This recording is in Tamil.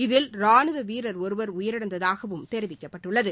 இதில் ரானுவ வீரர் ஒருவர் உயிரிழந்ததாகவும் தெரிவிக்கப்பட்டுள்ளது